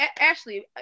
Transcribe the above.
Ashley